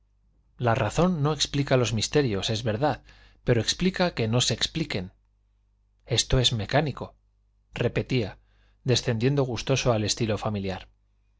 la razón no explica los misterios es verdad pero explica que no se expliquen esto es mecánico repetía descendiendo gustoso al estilo familiar